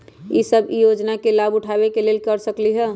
हम सब ई योजना के लाभ उठावे के लेल की कर सकलि ह?